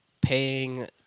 paying